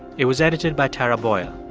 it was edited by tara boyle.